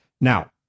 Now